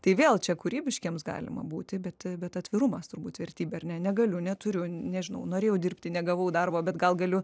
tai vėl čia kūrybiškiems galima būti bet bet atvirumas turbūt vertybė ar ne negaliu neturiu nežinau norėjau dirbti negavau darbo bet gal galiu